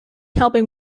helping